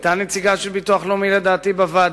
היתה נציגה של הביטוח הלאומי בוועדה,